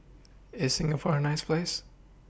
IS Singapore A nice Place